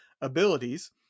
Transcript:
abilities